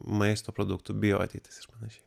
maisto produktų bio ateitis ir panašiai